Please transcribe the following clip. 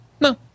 no